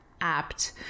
apt